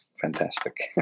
fantastic